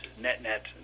net-net